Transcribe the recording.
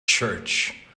church